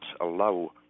allow